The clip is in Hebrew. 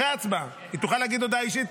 אחרי ההצבעה היא תוכל להגיד הודעה אישית?